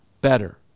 better